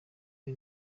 nti